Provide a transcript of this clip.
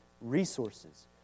resources